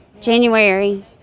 January